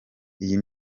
iyi